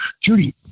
Judy